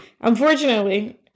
Unfortunately